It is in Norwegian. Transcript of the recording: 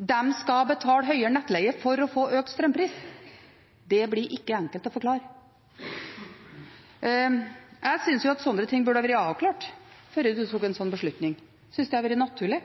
De skal betale høyere nettleie for å få økt strømpris. Det blir ikke enkelt å forklare. Jeg synes at slike ting burde vært avklart før en tok en slik beslutning. Det synes jeg ville vært naturlig.